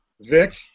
Vic